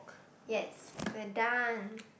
yes we're done